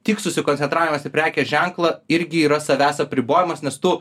tik susikoncentravimas į prekės ženklą irgi yra savęs apribojimas nes tu